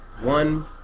One